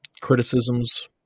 criticisms